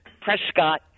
Prescott